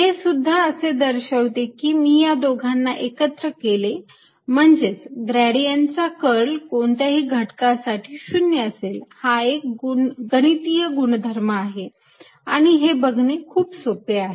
हे असे सुद्धा दर्शवते की मी या दोघांना एकत्र केले म्हणजेच ग्रेडियंट चा कर्ल कोणत्याही घटकासाठी 0 असेल हा एक गणितीय गुणधर्म आहे आणि हे बघणे खूप सोपे आहे